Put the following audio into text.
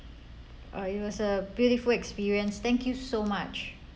uh it was a beautiful experience thank you so much